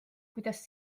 kuidas